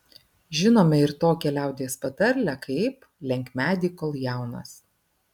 žinome ir tokią liaudies patarlę kaip lenk medį kol jaunas